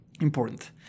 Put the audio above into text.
important